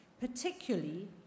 particularly